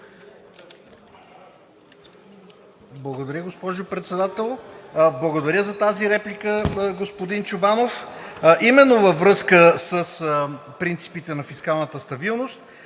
Благодаря, госпожо Председател. Благодаря за тази реплика, господин Чобанов. Именно във връзка с принципите на фискалната стабилност